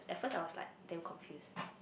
at first I was like damn confused